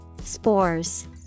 Spores